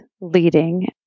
leading